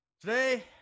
Today